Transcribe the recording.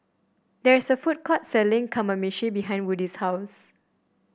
there is a food court selling Kamameshi behind Woody's house